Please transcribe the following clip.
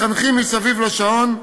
מחנכים מסביב לשעון,